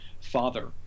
father